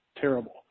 terrible